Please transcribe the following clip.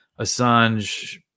Assange